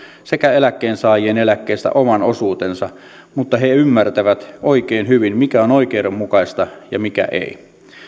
sekä eläkkeensaajien eläkkeistä oman osuutensa mutta he ymmärtävät oikein hyvin mikä on oikeudenmukaista ja mikä ei